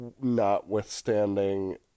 notwithstanding